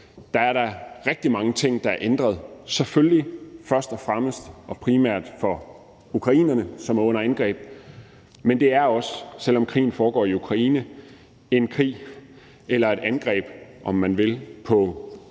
er der rigtig mange ting, der er ændret – selvfølgelig først og fremmest og primært for ukrainerne, som er under angreb, men det er også, selv om krigen foregår i Ukraine, en krig eller et angreb, om man vil, på den